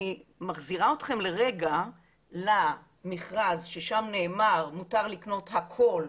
אני מחזירה אתכם לרגע למכרז ששם נאמר מותר לקנות הכל,